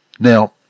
Now